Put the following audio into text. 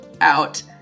out